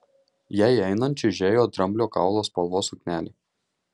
jai einant čiužėjo dramblio kaulo spalvos suknelė